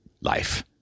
life